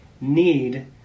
need